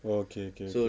oh okay okay